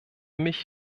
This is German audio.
mich